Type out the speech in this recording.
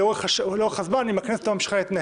אלא אם כן היא מתפטרת.